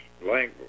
language